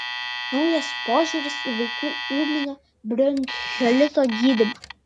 naujas požiūris į vaikų ūminio bronchiolito gydymą